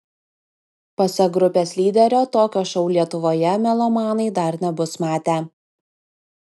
pasak grupės lyderio tokio šou lietuvoje melomanai dar nebus matę